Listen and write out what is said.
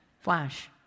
Flash